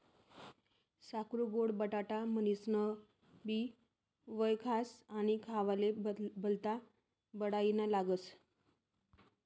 साकरु गोड बटाटा म्हनीनसनबी वयखास आणि खावाले भल्ता बडाईना लागस